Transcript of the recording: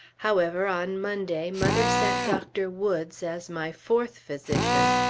however, on monday mother sent dr. woods as my fourth physician,